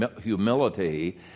humility